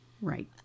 Right